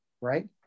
right